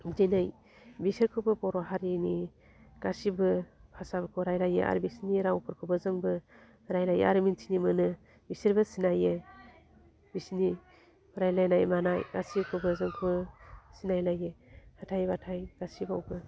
दिनै बिसोरखौबो बर' हारिनि गासिबो भाषाफोरखौ रायलायो आरो बिसिनि रावफोरखौबो जोंबो रायलायो आरो मोनथिनो मोनो बिसोरबो सिनायो बिसिनि रायलायनाय मानाय गासिखौबो जोङो सिनायलायो हाथाइ बाथाइ गासिबावबो